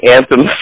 Anthem